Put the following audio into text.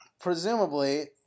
presumably